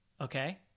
okay